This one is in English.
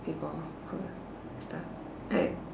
people who stuff